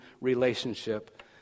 relationship